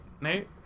Nate